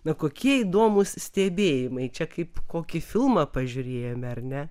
na kokie įdomūs stebėjimai čia kaip kokį filmą pažiūrėjome ar ne